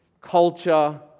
culture